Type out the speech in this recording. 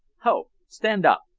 ho! stand up,